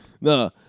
No